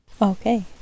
Okay